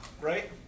Right